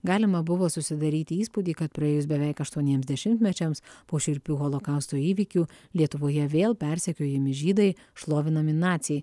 galima buvo susidaryti įspūdį kad praėjus beveik aštuoniems dešimtmečiams po šiurpių holokausto įvykių lietuvoje vėl persekiojami žydai šlovinami naciai